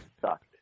sucked